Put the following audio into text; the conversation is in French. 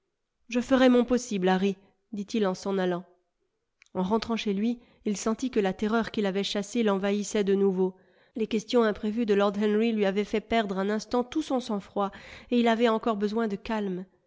je ferai mon possible harry dit-il en s'en allant en rentrant chez lui il sentit que la terreur qu'il avait chassée l'envahissait de nouveau les questions imprévues de lord henry lui avaient fait perdre un instant tout son sang-froid et il avait encore besoin de calme